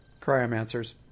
Cryomancers